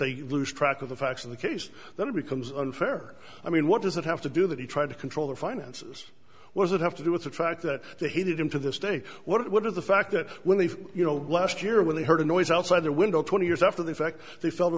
they lose track of the facts of the case then it becomes unfair i mean what does that have to do that he tried to control her finances was it have to do with the fact that they hated him to this day what does the fact that when they you know last year when they heard a noise outside their window twenty years after the fact they fel